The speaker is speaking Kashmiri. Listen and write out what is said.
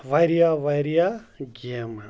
واریاہ واریاہ گیمہٕ